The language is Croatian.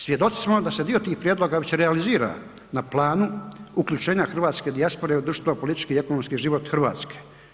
Svjedoci smo da se dio tih prijedloga već realizira na planu uključenja hrvatske dijaspore u društveno-politički i etnološki život Hrvatske.